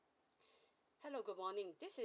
hello good morning this is